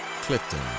Clifton